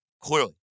clearly